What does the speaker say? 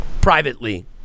Privately